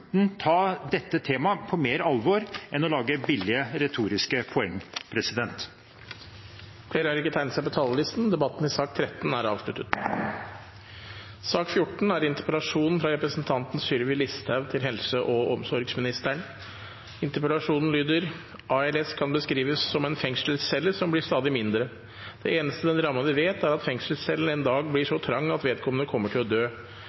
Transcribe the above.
ta dette temaet mer på alvor enn å lage billige, retoriske poenger. Flere har ikke bedt om ordet til sak nr. 13. ALS kan beskrives som en fengselscelle som blir stadig mindre. Det eneste den rammede vet, er at fengselscellen en dag blir så trang at vedkommende kommer til å dø.